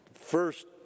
first